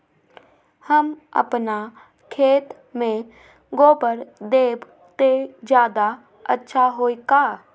हम अपना खेत में गोबर देब त ज्यादा अच्छा होई का?